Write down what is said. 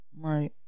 Right